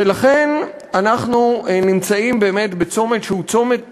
ולכן, אנחנו נמצאים באמת בצומת, שהוא צומת